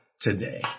today